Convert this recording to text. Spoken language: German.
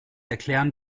erklären